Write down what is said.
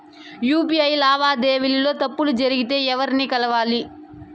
UPI లావాదేవీల లో తప్పులు జరిగితే ఎవర్ని కలవాలి?